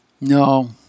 No